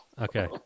Okay